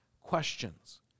questions